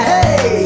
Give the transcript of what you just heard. Hey